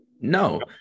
No